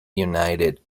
united